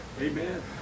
Amen